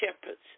shepherd's